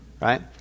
right